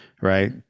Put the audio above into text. right